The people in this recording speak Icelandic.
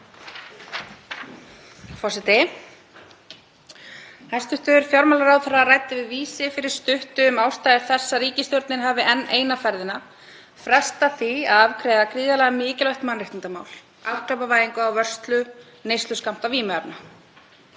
Forseti. Hæstv. fjármálaráðherra ræddi við Vísi fyrir stuttu um ástæður þess að ríkisstjórnin hafi enn eina ferðina frestað því að afgreiða gríðarlega mikilvægt mannréttindamál, afglæpavæðingu á vörslu neysluskammta vímuefna.